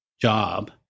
job